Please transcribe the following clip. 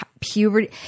puberty